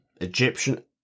Egyptian